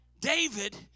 David